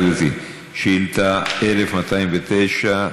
שאילתה 1204: